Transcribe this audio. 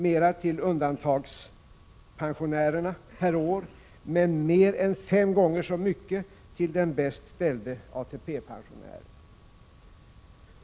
mera till undantagandepensionären per år men mer än fem gånger så mycket till den bäst ställda ATP-pensionären.